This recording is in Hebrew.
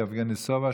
יבגני סובה,